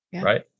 Right